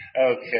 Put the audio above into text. Okay